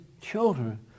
children